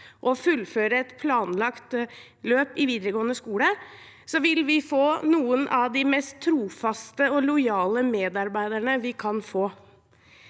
og fullføre et planlagt løp i videregående skole vil vi få noen av de mest trofaste og lojale medarbeiderne vi kan få.